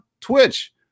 Twitch